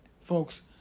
Folks